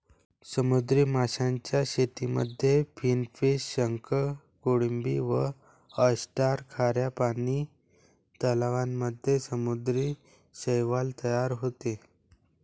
समुद्री माशांच्या शेतीमध्ये फिनफिश, शंख, कोळंबी व ऑयस्टर, खाऱ्या पानी तलावांमध्ये समुद्री शैवाल तयार होते